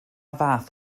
fath